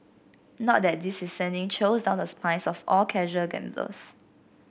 not that this is sending chills down the spines of all casual gamblers